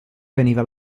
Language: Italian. veniva